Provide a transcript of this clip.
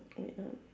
wait